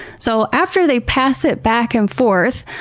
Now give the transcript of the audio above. so after they pass it back and forth,